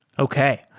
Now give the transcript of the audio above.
okay.